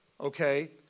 okay